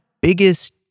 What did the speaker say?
biggest